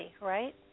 right